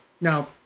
Now